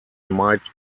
might